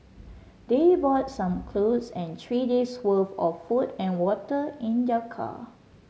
they brought some clothes and three days' worth of food and water in their car